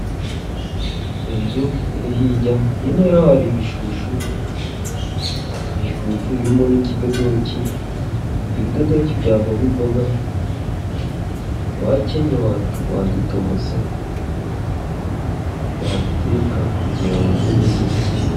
Inzu iri hirya hino yaho hari ibishushu ibishushu birimo n'ikidodoki, ibidodoki byavamo imboga wakenye wadutogosa ,wabiteka igihe wabuze indisho.